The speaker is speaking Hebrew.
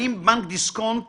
האם בנק דיסקונט